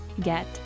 get